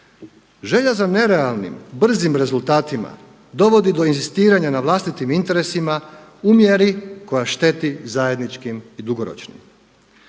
Želja za nerealnim, brzim rezultatima dovodi do inzistiranja na vlastitim interesima u mjeri koja šteti zajedničkim i dugoročnim.